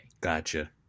Gotcha